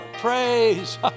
Praise